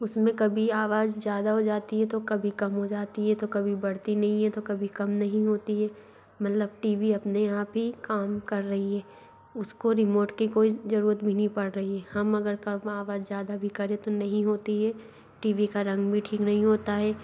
उस में कभी आवाज़ ज़्यादा हो जाती है तो कभी कम हो जाती है तो कभी बढ़ती नहीं है तो कभी कम नहीं होती हे मतलब टी वी अपने आप ही काम कर रही है उसको रिमोट की कोई ज़रूरत भी नहीं पड़ रही हम अगर कम आवाज़ ज़्यादा भी करें तो नहीं होती है टी वी का रंग भी ठीक नहीं होता है